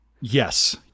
Yes